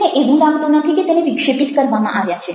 તેને એવું લાગતુ નથી કે તેને વિક્ષેપિત કરવામાં આવ્યા છે